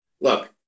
look